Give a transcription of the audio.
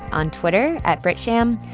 on twitter, at britsham,